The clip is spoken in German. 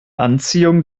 anziehung